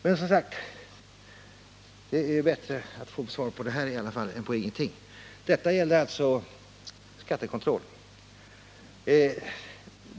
Men det är i alla fall bättre att få svar på denna fråga än på ingenting. Frågan gällde alltså skattekontroll.